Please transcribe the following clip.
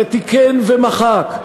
ותיקן ומחק,